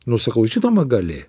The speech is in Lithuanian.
nu sakau žinoma gali